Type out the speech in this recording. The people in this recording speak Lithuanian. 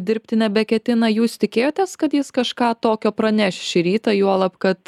dirbti nebeketina jūs tikėjotės kad jis kažką tokio praneš šį rytą juolab kad